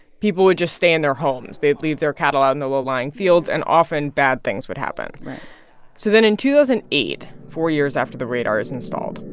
people would just stay in their homes. they'd leave their cattle out in the low-lying fields. and often, bad things would happen right so then in two thousand and eight, four years after the radar is installed,